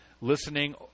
listening